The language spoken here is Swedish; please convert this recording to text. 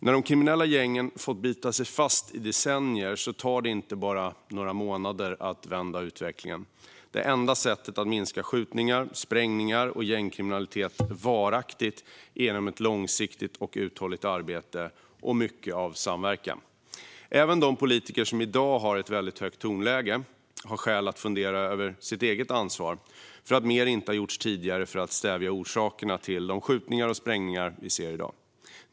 När de kriminella gängen får bita sig fast i decennier tar det inte bara några månader att vända utvecklingen. Det enda sättet att minska skjutningar, sprängningar och gängkriminalitet varaktigt är ett långsiktigt och uthålligt arbete och mycket av samverkan. Även de politiker som i dag har ett högt tonläge har skäl att fundera över sitt eget ansvar för att mer inte har gjorts tidigare för att stävja orsakerna till de skjutningar och sprängningar vi ser.